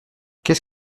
qu’est